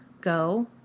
go